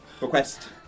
request